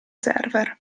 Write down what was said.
server